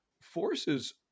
forces